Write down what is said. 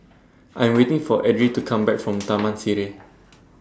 I Am waiting For Edrie to Come Back from Taman Sireh